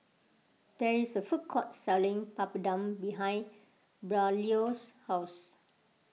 there is a food court selling Papadum behind Braulio's house